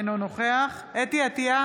אינו נוכח חוה אתי עטייה,